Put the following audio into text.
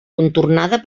contornada